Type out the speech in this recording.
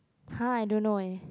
!huh! I don't know eh